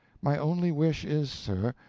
my only wish is, sir,